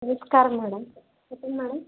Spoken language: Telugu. నమస్కారం మేడం చెప్పండి మేడం